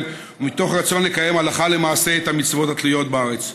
ומתוך רצון לקיים הלכה למעשה את המצוות התלויות בארץ.